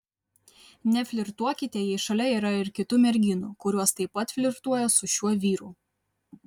neflirtuokite jei šalia yra ir kitų merginų kurios taip pat flirtuoja su šiuo vyru